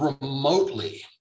remotely